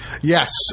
Yes